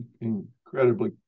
Incredibly